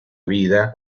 vida